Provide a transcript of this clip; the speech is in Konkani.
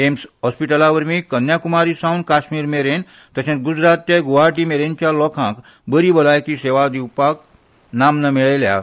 ऐम्स हॉस्पीटलावरवी कन्याक्मारी सावन काश्मीरमेरेन तशेंच ग्जरात ते ग्वाहाटीमेरेनच्या लोकांक बरी भलायकी सेवा दिवपाक नामना मेळयल्यात